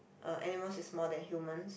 um animals is more than humans